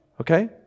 okay